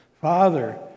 Father